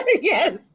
Yes